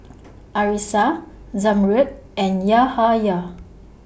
Arissa Zamrud and Yahaya